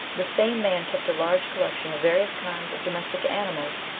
the same man kept a large collection of various kinds of domestic animals,